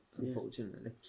unfortunately